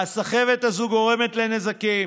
הסחבת הזאת גורמת לנזקים,